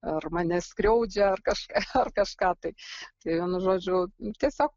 ar mane skriaudžia ar kažką kažką tai tai vienu žodžiu tiesiog